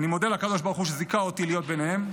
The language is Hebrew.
אני מודה לקדוש ברוך הוא שזיכה אותי להיות ביניהם.